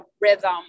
rhythm